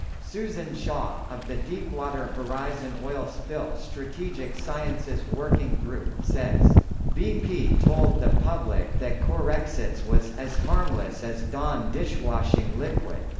susan shaw, of the deepwater horizon oil spill strategic sciences working group, says bp told the public that corexit was as harmless as dawn dishwashing liquid.